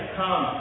come